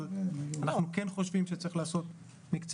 אבל אנחנו כן חושבים שצריך לעשות מקצה